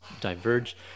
diverge